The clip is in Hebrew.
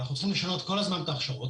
אנחנו צריכים לשנות כל הזמן את ההכשרות.